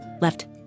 left